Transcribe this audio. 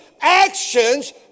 Actions